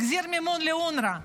החזיר מימון לאונר"א.